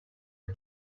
are